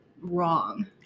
wrong